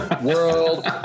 world